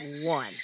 one